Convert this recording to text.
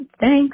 Thanks